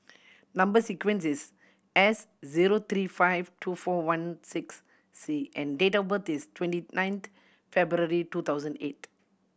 number sequence is S zero three five two four one six C and date of birth is twenty nine February two thousand eight